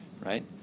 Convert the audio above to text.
Right